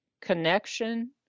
Connection